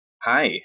Hi